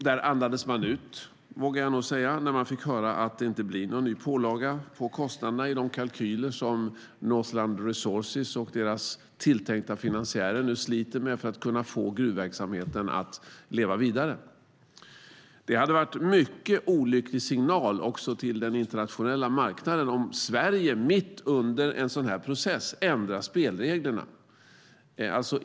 Där andades man ut, vågar jag säga, när man fick höra att det inte blir någon ny pålaga på kostnaderna i de kalkyler som Northland Resources och deras tilltänkta finansiärer sliter med för att få gruvverksamheten att leva vidare. Det hade varit en mycket olycklig signal också till den internationella marknaden om Sverige mitt under en sådan process ändrar spelreglerna.